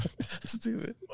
Stupid